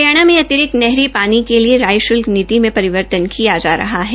हरियाणा में अतिरिक्त नहरी पानी के लिए राय शुल्क नीति में परिवर्तन किया जा रहा है